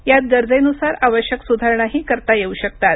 यात गरजेनुसार आवश्यक सुधारणाही करता येऊ शकतात